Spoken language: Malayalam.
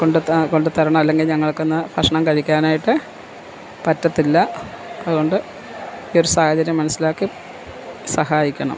കൊണ്ട് കൊണ്ട് തരണം അല്ലെങ്കിൽ ഞങ്ങൾക്ക് ഇന്ന് ഭക്ഷണം കഴിക്കാനായിട്ട് പറ്റത്തില്ല അതുകൊണ്ട് ഈയൊരു സാഹചര്യം മനസ്സിലാക്കി സഹായിക്കണം